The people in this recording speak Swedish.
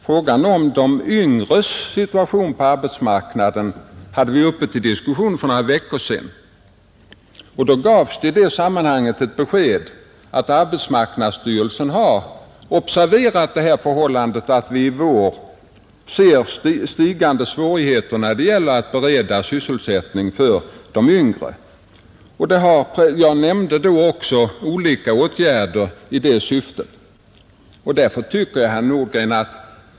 Frågan om de yngres situation på arbetsmarknaden hade vi uppe till diskussion för några veckor sedan, och i det sammanhanget gavs ett besked om att arbetsmarknadsstyrelsen har observerat det förhållandet att vi i vår har ökade svårigheter när det gäller att bereda sysselsättning åt de yngre. Jag nämnde vid det tillfället också olika åtgärder i syfte att motverka den tendensen.